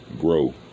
grow